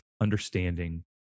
understanding